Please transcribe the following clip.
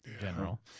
general